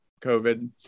COVID